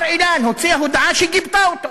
בר-אילן הוציאה הודעה שגיבתה אותו.